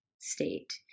state